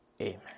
amen